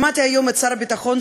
שמעתי היום את שר הביטחון,